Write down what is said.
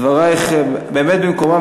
דברייך באמת במקומם,